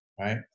right